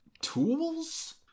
Tools